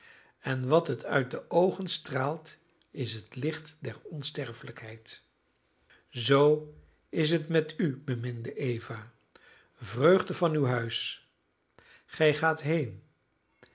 en wat het uit de oogen straalt is het licht der onsterfelijkheid zoo is het met u beminde eva vreugde van uw huis gij gaat heen